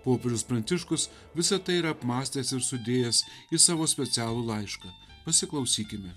popiežius pranciškus visa tai yra apmąstęs ir sudėjęs į savo specialų laišką pasiklausykime